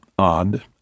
odd